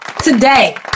today